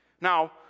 Now